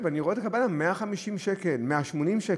ואני רואה את הקבלה: 150 שקל, 180 שקל.